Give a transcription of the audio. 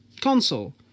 console